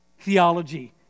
theology